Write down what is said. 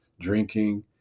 drinking